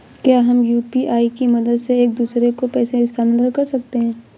क्या हम यू.पी.आई की मदद से एक दूसरे को पैसे स्थानांतरण कर सकते हैं?